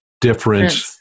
different